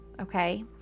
Okay